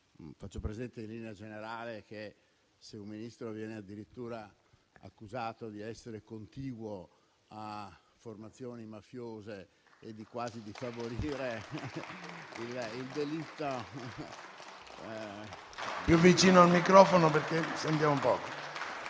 Faccio presente, in linea generale, che un Ministro viene addirittura accusato di essere contiguo a formazioni mafiose e quasi di favorire il delitto.